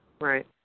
Right